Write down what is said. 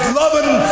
loving